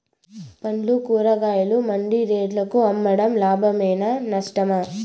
పండ్లు కూరగాయలు మండి రేట్లకు అమ్మడం లాభమేనా నష్టమా?